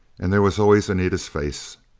and there was always anita's face.